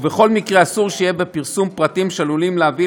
ובכל מקרה אסור שיהיה בפרסום פרטים שעלולים להביא